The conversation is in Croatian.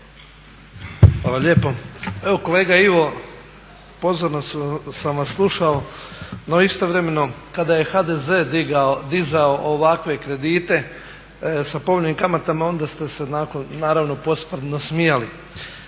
Hvala lijepo. Evo kolega Ivo, pozorno sam vas slušao no istovremeno kada je HDZ dizao ovakve kredite sa povoljnim kamatama onda ste se naravno posprdno smijali.